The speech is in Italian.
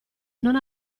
non